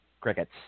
crickets